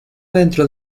dentro